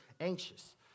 anxious